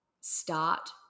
start